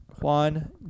Juan